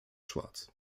schwarz